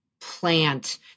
plant